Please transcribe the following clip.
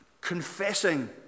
confessing